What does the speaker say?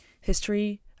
history